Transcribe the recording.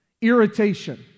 Irritation